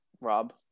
Rob